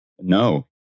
No